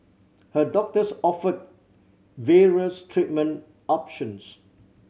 her doctors offered various treatment options